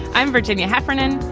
i'm virginia heffernan.